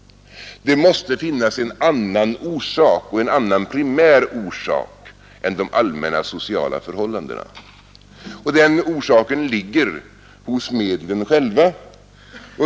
Det måste finnas en annan primär orsak än de allmänna sociala förhållandena, och den orsaken ligger hos medlen själva.